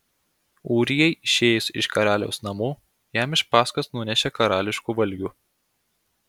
ūrijai išėjus iš karaliaus namų jam iš paskos nunešė karališkų valgių